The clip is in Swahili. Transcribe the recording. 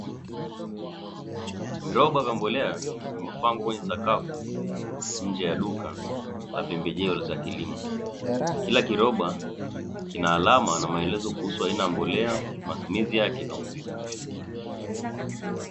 Viroba vya mbolea vimepangwa kwenye sakafu nje ya duka la pembejeo za kilimo. Kila kiroba kina alama na maelezo kuhusu aina ya mbolea, matumizi yake na uzito.